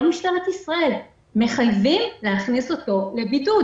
משטרת ישראל מחייבים להכניס אותו לבידוד.